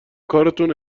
کارتون